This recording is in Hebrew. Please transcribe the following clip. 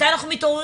מתי אנחנו מתעוררים?